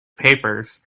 papers